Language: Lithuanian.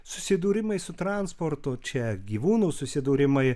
susidūrimai su transportu čia gyvūnų susidūrimai